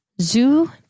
zoo